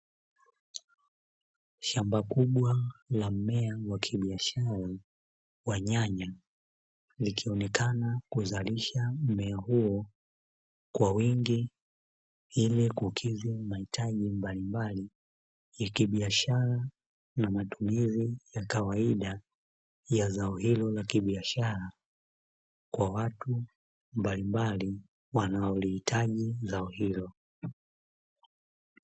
Shamba kubwa la mmea wa kibiashara wa nyanya likionekana kuzalisha mmea huo kwa wingi, ili kukidhi mahitaji mbalimbali ya kibiashara na matumizi ya kawaida ya zao hilo la kibiashara kwa watu mbalimbali wanaolihitaji zao hilo.